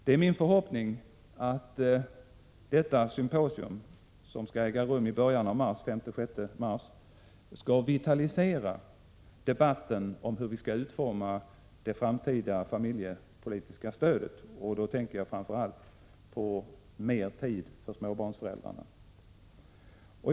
Det är min förhoppning att detta symposium, som skall äga rum den 5-6 mars skall vitalisera debatten om hur vi skall utforma det framtida familjepolitiska stödet. Då tänker jag framför allt på mer tid för småbarnsföräldrarna att vara tillsammans med sina barn.